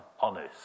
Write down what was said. honest